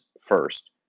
first